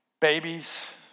Babies